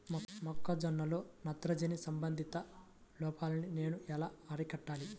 మొక్క జొన్నలో నత్రజని సంబంధిత లోపాన్ని నేను ఎలా అరికట్టాలి?